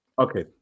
okay